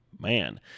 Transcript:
Man